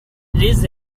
les